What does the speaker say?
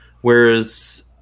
whereas